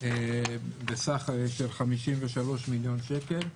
בסך 53 מיליון שקל,